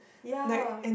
ya